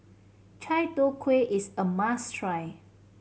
Chai Tow Kuay is a must try